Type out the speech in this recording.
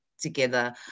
together